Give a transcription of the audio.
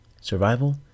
Survival